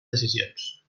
decisions